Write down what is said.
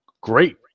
great